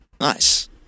Nice